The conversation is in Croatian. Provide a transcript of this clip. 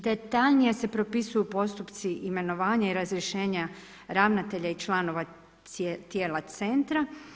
Detaljnije se propisuju postupci imenovanja i razrješenja ravnatelja i članova tijela centra.